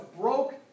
broke